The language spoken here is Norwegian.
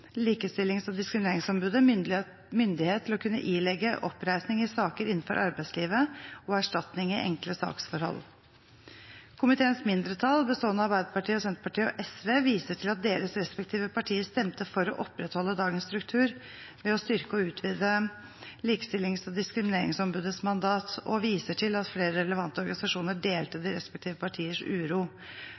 Likestillings- og diskrimineringsombudet myndighet til å kunne ilegge oppreisning i saker innenfor arbeidslivet og erstatning i enkle saksforhold. Komiteens mindretall, bestående av Arbeiderpartiet, Senterpartiet og SV, viser til at deres respektive partier stemte for å opprettholde dagens struktur ved å styrke og utvide Likestillings- og diskrimineringsombudets mandat. De viser til at flere relevante organisasjoner delte de respektive partiers uro